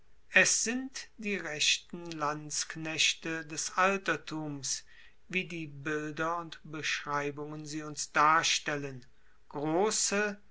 es sind die rechten lanzknechte des altertums wie die bilder und beschreibungen sie uns darstellen grosse